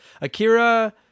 Akira